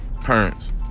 Parents